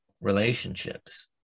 relationships